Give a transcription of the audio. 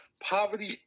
poverty